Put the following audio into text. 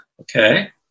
Okay